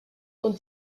aux